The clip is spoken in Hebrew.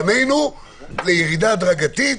פנינו ליציאה הדרגתית,